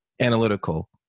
analytical